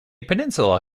peninsula